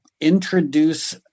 introduce